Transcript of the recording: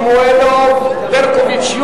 יוליה שמאלוב-ברקוביץ,